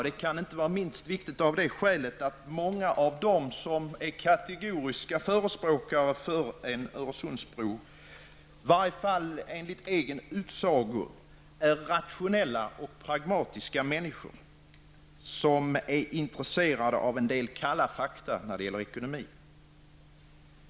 Det kan vara viktigt inte minst av det skälet att många av dem som är kategoriska förespråkare för en Öresundsbro i varje fall enligt egen utsago är rationella och pragmatiska människor som är intresserade av en del kalla fakta när det gäller ekonomi.